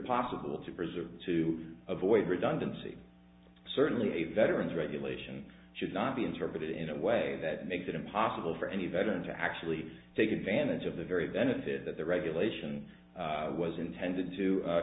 possible to preserve to avoid redundancy certainly a veteran's regulation should not be interpreted in a way that makes it impossible for any veteran to actually take advantage of the very benefit that the regulation was intended to